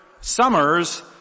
summers